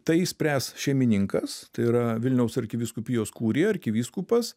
tai spręs šeimininkas tai yra vilniaus arkivyskupijos kurija arkivyskupas